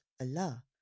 Allah